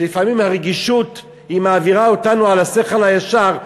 שלפעמים הרגישות מעבירה אותנו על השכל הישר,